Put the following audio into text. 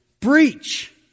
Breach